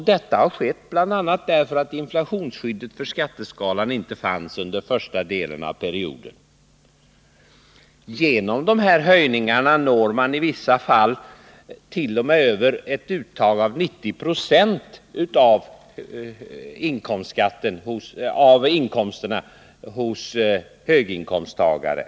Detta har skett bl.a. därför att inflationsskyddet för skatteskalan inte fanns under den första delen av perioden. Genom dessa höjningar når man i vissa fall t.o.m. upp till ett uttag på 90 26 av inkomsten hos höginkomsttagare.